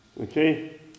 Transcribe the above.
Okay